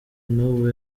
n’ubu